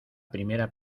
primera